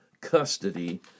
custody